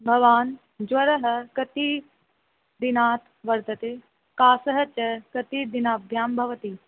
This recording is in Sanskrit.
भवान् ज्वरः कति दिनात् वर्तते कासः च कति दिनाभ्यां भवति